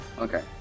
okay